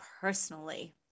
personally